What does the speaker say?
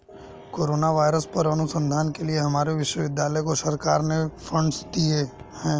corona virus पर अनुसंधान के लिए हमारे विश्वविद्यालय को सरकार ने फंडस दिए हैं